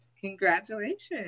congratulations